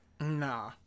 Nah